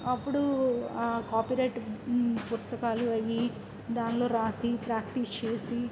అప్పుడు ఆ కాపీరైట్ పుస్తకాలు అవి దానీలో రాసి ప్రాక్టీస్ చేసి